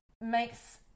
makes